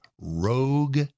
rogue